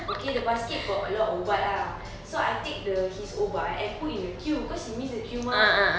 okay the basket got a lot of ubat lah so I take the his ubat and put in the queue cause he miss the queue mah